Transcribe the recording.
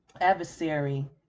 adversary